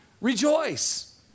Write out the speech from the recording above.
Rejoice